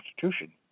Constitution